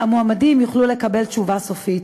המועמדים יוכלו לקבל תשובה סופית,